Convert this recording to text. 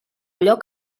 allò